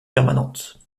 permanente